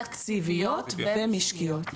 תקציביות ומשקיות.